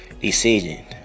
decision